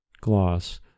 Gloss